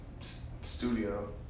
studio